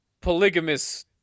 polygamous